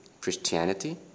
Christianity